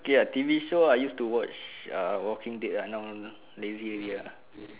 okay ah T_V shows I used to watch uh walking dead now now lazy already ah